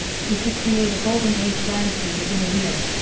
he could create a golden age dynasty within a year.